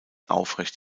aufrecht